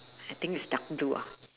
I think is dark blue ah